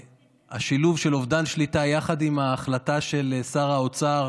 והשילוב של אובדן שליטה יחד עם ההחלטה של שר האוצר,